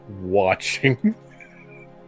watching